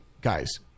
guys